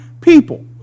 people